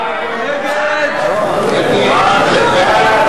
מי נמנע?